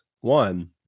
One